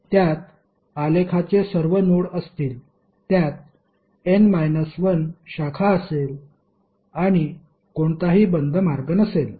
त्यात आलेखाचे सर्व नोड असतील त्यात n 1 शाखा असेल आणि कोणताही बंद मार्ग नसेल